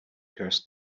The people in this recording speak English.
curse